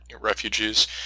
refugees